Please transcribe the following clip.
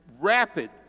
rapid